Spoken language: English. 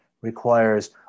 requires